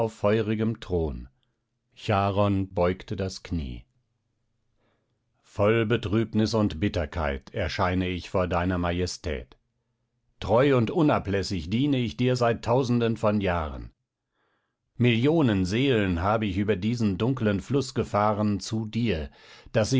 feurigem thron charon beugte das knie voll betrübnis und bitterkeit erscheine ich vor deiner majestät treu und unablässig diene ich dir seit tausenden von jahren millionen seelen hab ich über diesen dunklen fluß gefahren zu dir daß